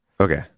Okay